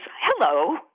hello